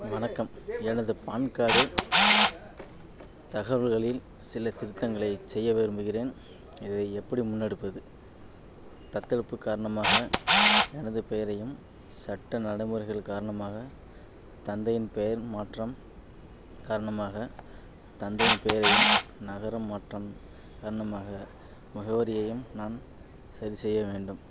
வணக்கம் எனது PAN card தகவல்களில் சில திருத்தங்களைச் செய்ய விரும்புகிறேன் இதை எப்படி முன்னெடுப்பது தத்தெடுப்பு காரணமாக எனது பெயரையும் சட்ட நடைமுறைகள் காரணமாக தந்தையின் பெயர் மாற்றம் காரணமாக தந்தையின் பெயரையும் நகரம் மாற்றம் காரணமாக முகவரியையும் நான் சரிசெய்ய வேண்டும்